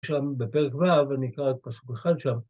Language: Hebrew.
שם בפרק ו, אני אקרא את פסוק אחד שם.